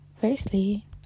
Firstly